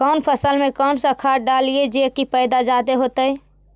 कौन फसल मे कौन सा खाध डलियय जे की पैदा जादे होतय?